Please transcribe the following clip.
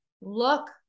look